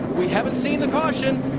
we haven't seen the caution.